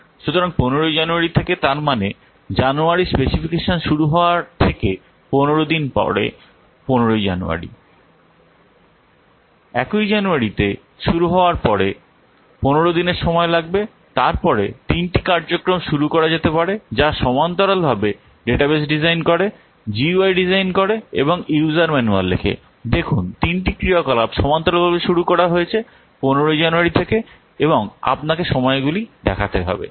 সুতরাং 15 জানুয়ারী থেকে তার মানে জানুয়ারীর স্পেসিফিকেশন শুরু হওয়ার থেকে 15 দিন পরে 15 ই জানুয়ারী 1 জানুয়ারীতে শুরু হওয়ার পরে 15 দিনের সময় লাগবে তারপরে 3 টি কার্যক্রম শুরু করা যেতে পারে যা সমান্তরালভাবে ডেটাবেস ডিজাইন করে জিইউআই ডিজাইন করে এবং ইউজার ম্যানুয়াল লেখে দেখুন 3 টি ক্রিয়াকলাপ সমান্তরালভাবে শুরু করা হয়েছে 15 জানুয়ারী থেকে এবং আপনাকে সময়গুলি দেখাতে হবে